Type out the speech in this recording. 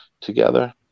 together